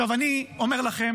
עכשיו אני אומר לכם: